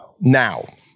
Now